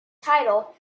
title